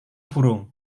burung